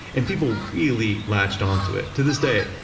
and people really latched onto it. to this day,